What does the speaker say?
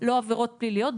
לא עבירות פליליות,